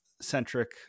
centric